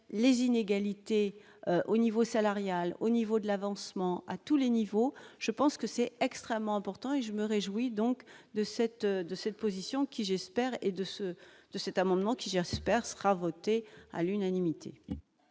les inégalités au niveau salarial au niveau de l'avancement à tous les niveaux, je pense que c'est extrêmement important et je me réjouis donc de cette, de cette position qui, j'espère, et de ce de cet amendement, qui gère espère sera votée à l'unanimité.